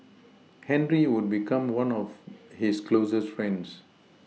henry would become one of his closest friends